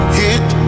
hit